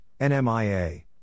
NMIA